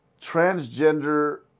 transgender